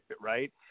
right